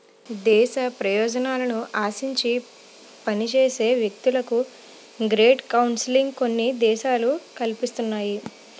దేశ ప్రయోజనాలను ఆశించి పనిచేసే వ్యక్తులకు గ్రేట్ కౌన్సిలింగ్ కొన్ని దేశాలు కల్పిస్తున్నాయి